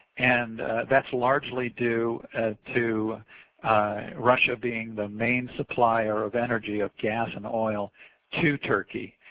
and thatis largely due to russia being the main supplier of energy of gas and oil to turkey.